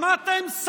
שמעתם?